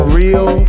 real